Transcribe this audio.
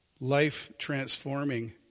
life-transforming